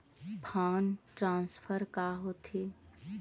Fund transfer का होथे?